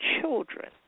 children